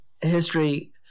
history